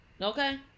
Okay